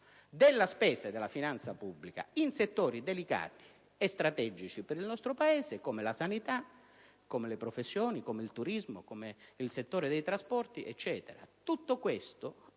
della spesa e della finanza pubblica in settori delicati e strategici per il nostro Paese, come la sanità, le professioni, il turismo e il settore dei trasporti. Tutto questo